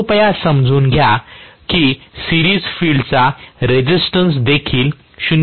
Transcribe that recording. कृपया समजून घ्या की सिरीज फील्ड चा रेसिस्टन्स देखील 0